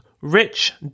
rich